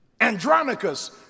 Andronicus